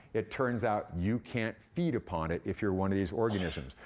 it turns out you can't feed upon it if you're one of these organisms.